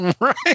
Right